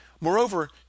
Moreover